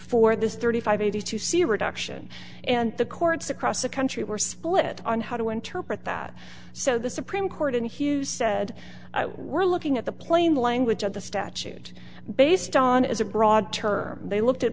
for this thirty five eighty to see reduction and the courts across the country were split on how to interpret that so the supreme court and hughes said we're looking at the plain language of the statute based on as a broad term they looked at